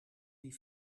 die